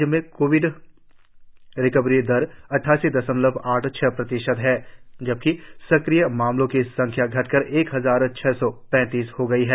राज्य में Covid recovery दर अद्वासी दशमलव आठ छह प्रतिशत और सक्रिय मामलों की संख्या घटकर एक हजार छह सौ पैतालीस हो गई है